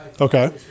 Okay